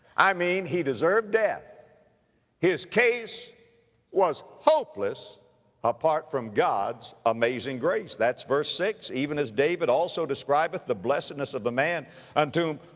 i mean, he deserved death his case was hopeless apart from god's amazing grace, that's verse six, even as david also describeth the blessedness of the man unto whom,